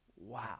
wow